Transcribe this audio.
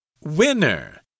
Winner